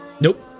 Nope